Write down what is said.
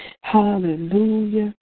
hallelujah